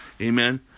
amen